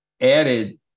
Added